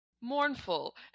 mournful